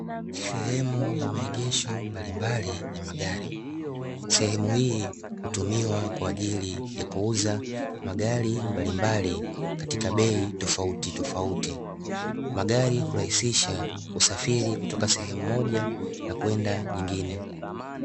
Sehemu ya maegesho mbalimbali ya magari, sehemu hii hutumiwa kwa ajili ya kuuza magari mbalimbali katika bei tofautitofauti. Magari hurahisisha usafiri kutoka sehemu moja na kwenda nyingine.